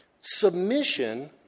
Submission